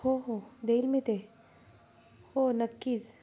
हो हो देईल मी ते हो नक्कीच